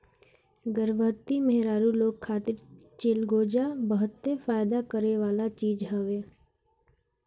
गर्भवती मेहरारू लोग खातिर चिलगोजा बहते फायदा करेवाला चीज हवे